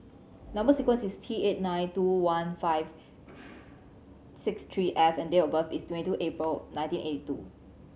number sequence is T eight nine two one five six three F and date of birth is twenty two April nineteen eighty two